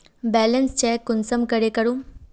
Balance check कुंसम करे करूम?